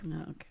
Okay